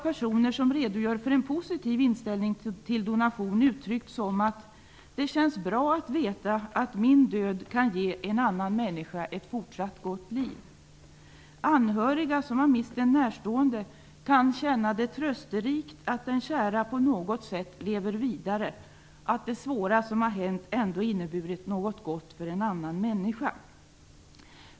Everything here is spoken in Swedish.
Personer som redogör för en positiv inställning till donation har uttryckt att det känns bra att veta att deras död kan ge en annan människa ett fortsatt gott liv. Anhöriga som har mist en närstående kan känna det trösterikt att den kära på något sätt lever vidare, att det svåra som har hänt ändå har inneburit något gott för en annan människa.